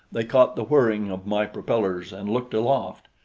they caught the whirring of my propellers and looked aloft.